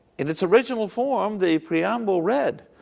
in its original form the preamble read,